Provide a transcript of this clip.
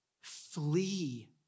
Flee